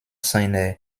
seiner